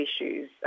issues